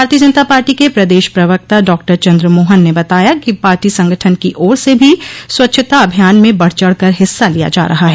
भारतीय जनता पार्टी के प्रदेश प्रवक्ता डॉक्टर चन्द्र मोहन ने बताया कि पार्टी संगठन की ओर से भी स्वच्छता अभियान में बढ़ चढ़ कर हिस्सा लिया जा रहा है